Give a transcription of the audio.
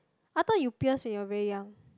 I thought you pierce when you are very young